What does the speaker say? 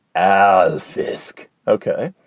ah fisk ok,